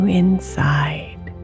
inside